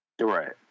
right